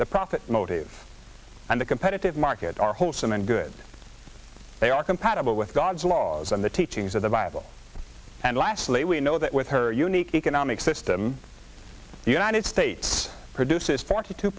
the profit motive and the competitive market are wholesome and good they are compatible with god's laws and the teachings of the bible and lastly we know that with her unique economic system the united states produces forty two